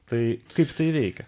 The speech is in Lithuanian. tai kaip tai veikia